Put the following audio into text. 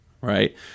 right